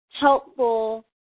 helpful